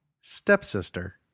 Stepsister